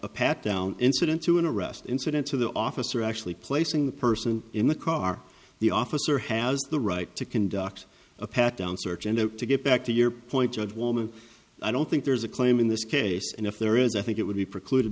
a pat down incident to an arrest incident to the officer actually placing the person in the car the officer has the right to conduct a pat down search and to get back to your point of woman i don't think there's a claim in this case and if there is i think it would be precluded